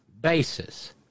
basis